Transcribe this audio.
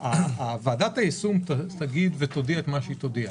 ועדת היישום תודיע את מה שהיא תודיע.